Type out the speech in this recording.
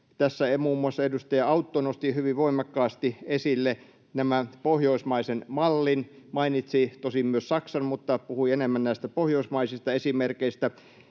Tässä muun muassa edustaja Autto nosti hyvin voimakkaasti esille pohjoismaisen mallin — mainitsi tosin myös Saksan, mutta puhui enemmän pohjoismaisista esimerkeistä.